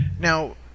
Now